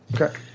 okay